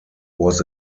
was